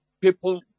people